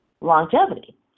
longevity